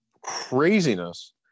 craziness